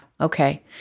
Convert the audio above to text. Okay